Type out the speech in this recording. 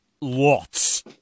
Lots